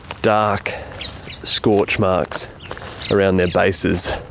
dark scorch marks around their bases,